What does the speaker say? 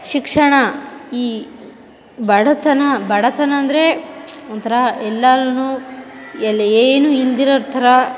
ಶಿಕ್ಷಣ ಈ ಬಡತನ ಬಡತನ ಅಂದರೆ ಒಂಥರ ಎಲ್ಲರೂ ಎಲ್ಲ ಏನೂ ಇಲ್ದಿರೋರ ಥರ